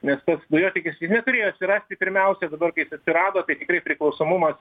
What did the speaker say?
nes tas dujotiekis jis neturėjo atsirast pirmiausia dabar kai jis atsirado tai tikrai priklausomumas